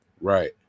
Right